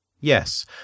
Yes